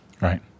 Right